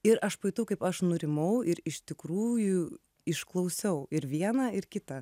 ir aš pajutau kaip aš nurimau ir iš tikrųjų išklausiau ir vieną ir kitą